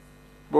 באותה עת